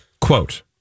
Quote